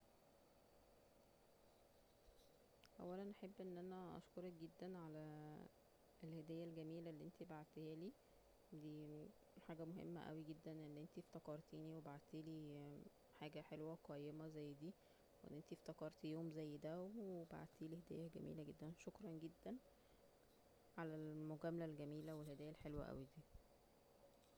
اولا احب ان انا اشكرك جدا على- اه الهدية الجميلة اللى انتى بعتهالى, دى حاجة مهمة جدا ان انتى افتكرتينى وبعتيلى ال- حاجة حلوة قيمة زى دى, وان انتى افتكرتى يوم زى دا وبعتيلى هدية جميلة جدا, شكرا جدا على المجاملة الجميلة والهدية الحلوة اوى دى